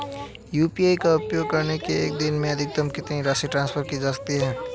UPI का उपयोग करके एक दिन में अधिकतम कितनी राशि ट्रांसफर की जा सकती है?